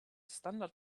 standard